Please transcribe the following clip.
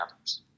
others